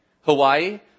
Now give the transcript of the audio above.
Hawaii